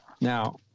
now